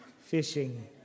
fishing